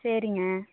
சரிங்க